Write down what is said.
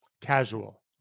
casual